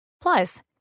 Plus